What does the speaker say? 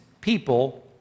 people